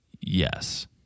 yes